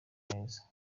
meza